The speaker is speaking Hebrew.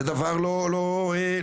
זה דבר לא ראוי.